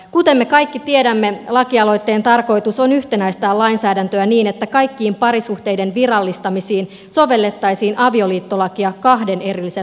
kuten me kaikki tiedämme lakialoitteen tarkoitus on yhtenäistää lainsäädäntöä niin että kaikkiin parisuhteiden virallistamisiin sovellettaisiin avioliittolakia kahden erillisen lain sijaan